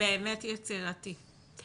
-- באמת יצירתי.